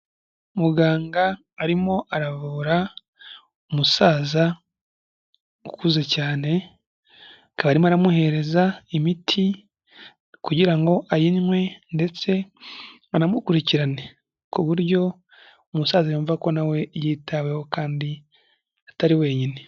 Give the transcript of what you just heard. Muganga arimo aravura umusaza ukuze cyane, akaba arimo aramuhereza imiti kugira ngo ayinywe ndetse anamukurikirane, ku buryo umusaza yumva ko nawe yitaweho kandi atari wenyine.